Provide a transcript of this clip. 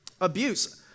Abuse